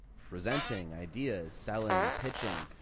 presenting ideas, selling, pitching,